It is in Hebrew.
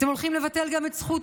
אתם הולכים לבטל גם את זכות